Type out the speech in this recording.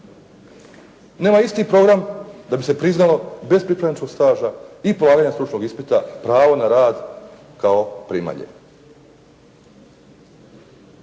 nema isti program da bi se priznalo bez pripravničkog staža i polaganja stručnog ispita, pravo na rad kao primalje.